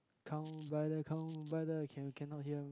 come brother come brother can you can not hear